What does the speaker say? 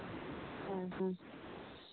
ᱦᱮᱸ ᱦᱮᱸ